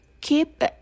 keep